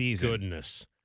goodness